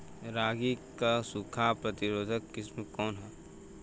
रागी क सूखा प्रतिरोधी किस्म कौन ह?